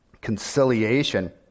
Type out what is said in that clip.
conciliation